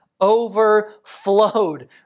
overflowed